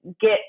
get